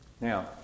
Now